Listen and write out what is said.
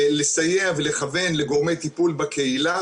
לסייע ולכוון את גורמי טיפול בקהילה,